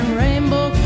rainbow